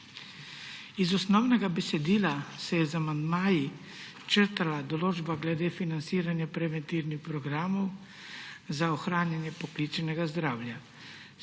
Iz osnovnega besedila se je z amandmaji črtala določba glede financiranja preventivnih programov za ohranjanje poklicnega zdravja.